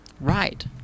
Right